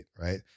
right